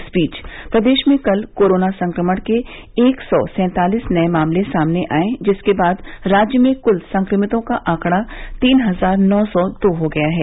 इस बीच प्रदेश में कल कोरोना संक्रमण के एक सौ सैंतालीस नए मामले सामने आये जिसके बाद राज्य में कुल संक्रमितों का आंकड़ा तीन हजार नौ सौ दो हो गया है